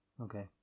Okay